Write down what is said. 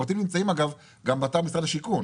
הפרטים נמצאים, אגב, גם באתר משרד השיכון.